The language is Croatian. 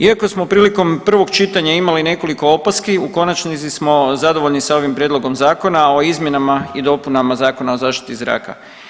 Iako smo prilikom prvog čitanja imali nekoliko opaski u konačnici smo zadovoljni sa ovim Prijedlogom Zakona o izmjenama i dopunama Zakona o zaštiti zraka.